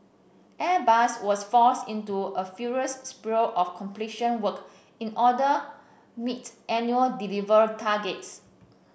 Airbus was forced into a furious spree of completion work in order meet annual delivery targets